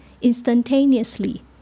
instantaneously